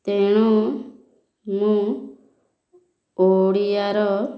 ତେଣୁ ମୁଁ ଓଡ଼ିଆର